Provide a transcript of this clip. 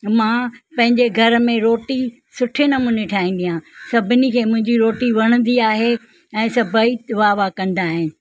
मां पंहिंजे घर में रोटी सुठे नमूने ठाहींदी आहियां सभिनी खे मुंहिंजी रोटी वणंदी आहे ऐं सभेई वाह वाह कंदा आहिनि